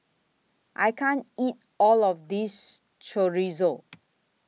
I can't eat All of This Chorizo